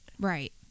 Right